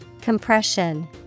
Compression